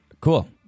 Cool